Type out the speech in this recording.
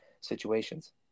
situations